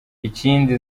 ikindi